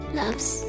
loves